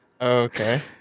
Okay